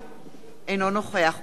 אינו נוכח אורי מקלב,